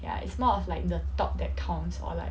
ya it's more of like the thought that counts or like